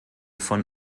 von